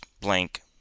Blank